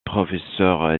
professeur